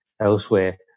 elsewhere